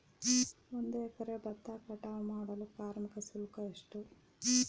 ಒಂದು ಎಕರೆ ಭತ್ತ ಕಟಾವ್ ಮಾಡಲು ಕಾರ್ಮಿಕ ಶುಲ್ಕ ಎಷ್ಟು?